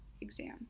exam